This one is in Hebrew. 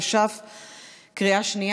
התש"ף 2020,